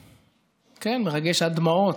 כן, מרגש עד דמעות,